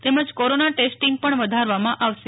તેમજ corona testing વધારવામાં આવશે